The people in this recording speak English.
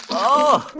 oh,